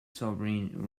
celebrating